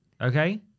Okay